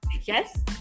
yes